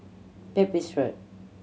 Pepys Road